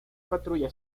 patrulla